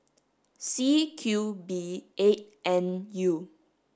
C Q B eight N U